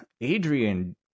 adrian